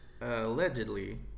Allegedly